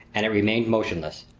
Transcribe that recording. and it remained motionless,